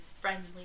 friendly